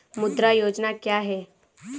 मुद्रा योजना क्या है?